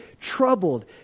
troubled